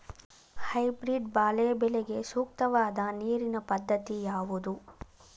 Hybrid ಬಾಳೆ ಬೆಳೆಗೆ ಸೂಕ್ತವಾದ ನೀರಿನ ಪದ್ಧತಿ ಯಾವುದು?